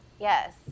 Yes